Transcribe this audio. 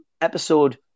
episode